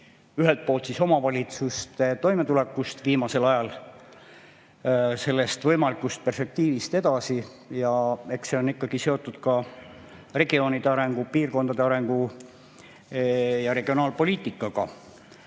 ühelt poolt omavalitsuste toimetulekus viimasel ajal, selle võimalikus perspektiivis, ja eks see on ikkagi seotud ka regioonide arengu, piirkondade arengu ja regionaalpoliitikaga.